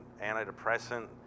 antidepressant